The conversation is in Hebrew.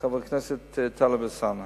חבר הכנסת טלב אלסאנע.